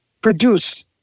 produce